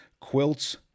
quilts